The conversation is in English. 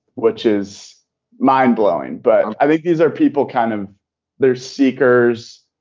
which is mind-blowing. but i think these are people kind of they're seekers,